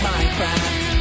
Minecraft